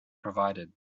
provided